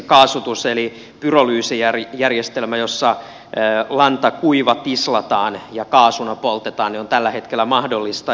kaasutus eli pyrolyysijärjestelmä jossa lanta kuivatislataan ja kaasuna poltetaan on tällä hetkellä mahdollista